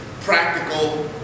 practical